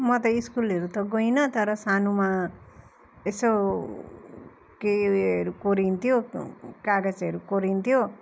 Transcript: म त स्कुलहरू त गइनँ तर सानोमा यसो केही उयोहरू कोरिन्थ्यो कागजहरू कोरिन्थ्यो